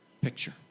picture